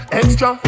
extra